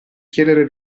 chiedere